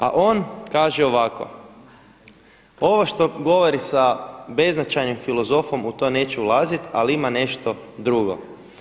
A on kaže ovako, ovo što govori sa beznačajnim filozofom u to neću ulaziti, ali ima nešto drugo.